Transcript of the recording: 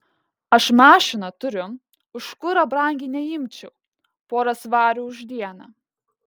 aš mašiną turiu už kurą brangiai neimčiau porą svarų už dieną